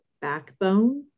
backbone